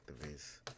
activists